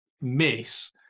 miss